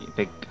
big